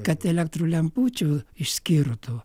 kad elektros lempučių išskirtų